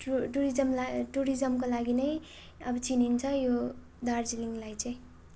to टुरिज्मलाई टुरिज्मको लागि नै अब चिनिन्छ यो दार्जिलिङलाई चाहिँ